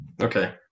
Okay